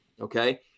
Okay